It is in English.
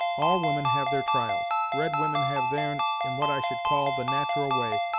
all women have their trials. red women have their'n in what i should call the nat'ral way,